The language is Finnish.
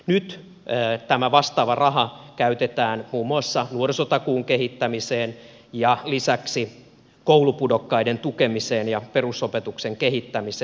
nyt tämä vastaava raha käytetään muun muassa nuorisotakuun kehittämiseen ja lisäksi koulupudokkaiden tukemiseen ja perusopetuksen kehittämiseen